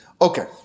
Okay